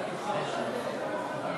נתקבלה.